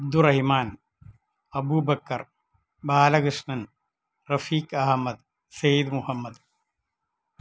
Abdurahiman Abubakkar Balakrishnan Rafeek Ahammed Syed Muhammad